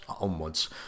onwards